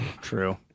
True